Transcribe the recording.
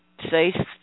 say